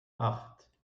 acht